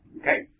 Okay